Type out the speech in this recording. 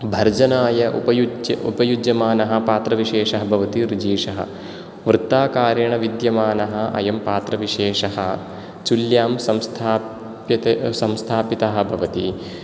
भर्जनाय उपयुज्य उपयुज्यमानः पात्रविशेषः भवति ऋजीषः वृत्ताकारेण विद्यमानः अयं पात्रविशेषः चुल्यां संस्थाप्यते संस्थापितः भवति